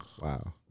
wow